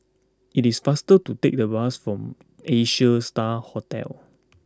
it is faster to take the bus to Asia Star Hotel